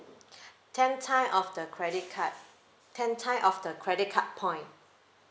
ten time of the credit card ten time of the credit card point